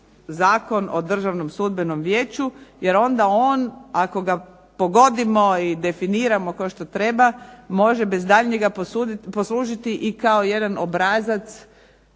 Zakon o Državnom sudbenom vijeću, jer onda on ako ga pogodimo i definiramo kao što treba, može bez daljnjega poslužiti i kao jedan obrazac